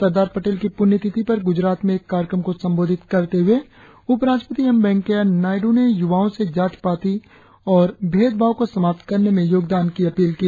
सरदार पटेल की पूण्यतिथि पर गुजरात में एक कार्यक्रम को संबोधित करते हुए उपराष्ट्रपति एम वैकेया नायड्र ने युवाओ से जाति पात और भेदभाव को समाप्त करने में योगदान की अपील की